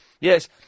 Yes